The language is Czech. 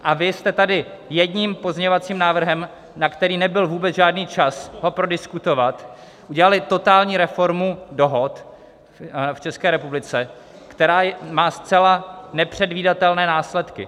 A vy jste tady jedním pozměňovacím návrhem, na který nebyl vůbec žádný čas ho prodiskutovat, udělali totální reformu dohod v České republice, která má zcela nepředvídatelné následky.